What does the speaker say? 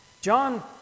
John